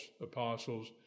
apostles